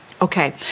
Okay